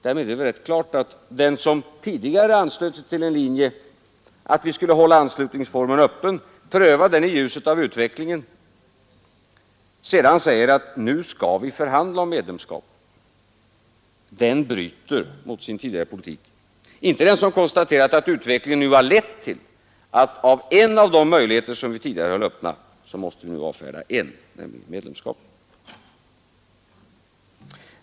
Det är väl klart att den som tidigare anslutit sig till linjen att vi skulle hålla anslutningsformen öppen och pröva den i ljuset av utvecklingen men som sedan säger att vi nu skall förhandla om medlemskap, det är den som bryter mot sin tidigare politik, och inte den som konstaterat att utvecklingen har lett till att vi nu måste avskära en av de möjligheter som vi tidigare höll öppen, nämligen medlemskap.